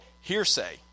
hearsay